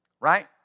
Right